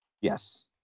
yes